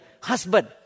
husband